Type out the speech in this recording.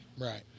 Right